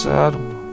Saddle